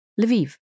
Lviv